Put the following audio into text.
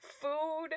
Food